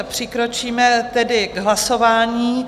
Přikročíme tedy k hlasování.